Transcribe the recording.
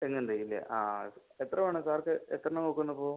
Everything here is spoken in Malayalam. തെങ്ങിൻ തൈ അല്ലെ ആ അത് എത്ര വേണം സാർക്ക് എത്ര എണ്ണാ നോക്കുന്നു അപ്പം